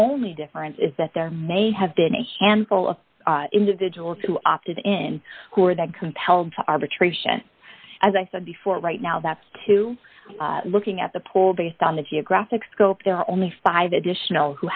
only difference is that there may have been a handful of individuals who opted in who are that compelled to arbitration as i said before right now that's to looking at the pool based on the geographic scope there are only five additional who